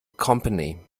company